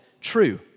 true